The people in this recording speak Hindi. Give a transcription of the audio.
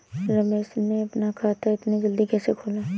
रमेश ने अपना खाता इतना जल्दी कैसे खोला?